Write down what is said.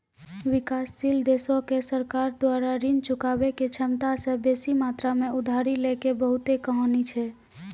विकासशील देशो के सरकार द्वारा ऋण चुकाबै के क्षमता से बेसी मात्रा मे उधारी लै के बहुते कहानी छै